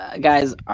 guys